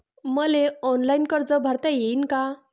मले ऑनलाईन कर्ज भरता येईन का?